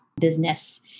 business